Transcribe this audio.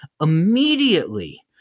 Immediately